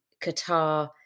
Qatar